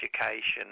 education